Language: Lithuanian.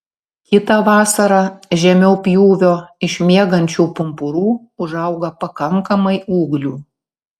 kitą vasarą žemiau pjūvio iš miegančių pumpurų užauga pakankamai ūglių